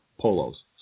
polos